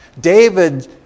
David